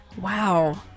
Wow